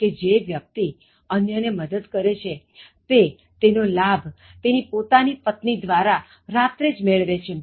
કે જે વ્યક્તિ અન્ય ને મદદ કરે છે તે તેનો લાભ તેની પોતાની પત્ની દ્વારા રાત્રે જ મેળવે છે